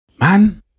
man